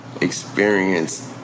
experience